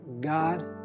god